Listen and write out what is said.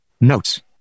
Notes